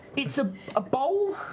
it's ah a bowl?